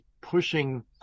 pushing